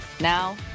Now